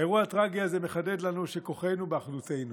האירוע הטרגי הזה מחדד לנו שכוחנו באחדותנו.